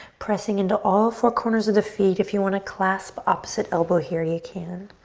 pressing into all four corners of the feet. if you want to clasp opposite elbow here, you can.